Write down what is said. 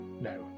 No